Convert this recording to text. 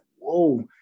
whoa